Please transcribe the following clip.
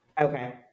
Okay